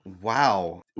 Wow